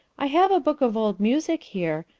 i have a book of old music here,